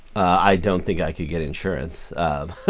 i don't think i could get insurance. um